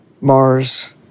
Mars